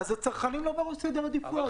אז הצרכנים לא בראש סדר העדיפויות.